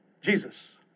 Jesus